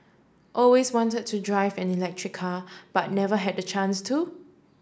always wanted to drive an electric car but never had the chance to